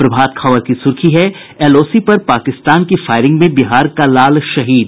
प्रभात खबर की सुर्खी है एलओसी पर पाकिस्तान की फायरिंग में बिहार का लाल शहीद